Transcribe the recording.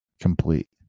complete